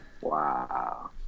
Wow